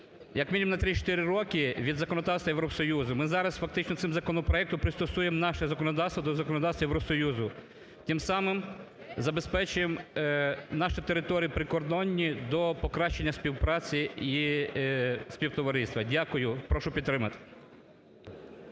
як мінімум на 3-4 роки від законодавства Євросоюзу. Ми зараз, фактично, цим законопроектом пристосуємо наше законодавство до законодавства Євросоюзу. Тим самим забезпечуємо наші території прикордонні до покращення співпраці і співтовариства. Дякую, прошу підтримати.